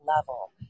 level